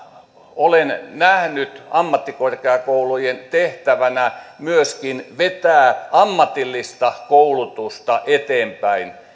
olen nähnyt ammattikorkeakoulujen tehtävänä myöskin vetää ammatillista koulutusta eteenpäin